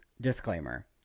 Disclaimer